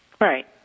Right